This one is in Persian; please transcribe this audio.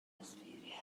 تصویری